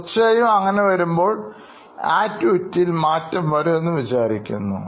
തീർച്ചയായും അങ്ങനെ വരുമ്പോൾ ആക്ടിവിറ്റിയിൽ മാറ്റം വരും എന്ന് വിചാരിക്കുന്നു